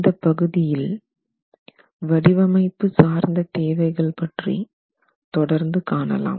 இந்த பகுதியில் வடிவமைப்பு சார்ந்த தேவைகள் பற்றி தொடர்ந்து காணலாம்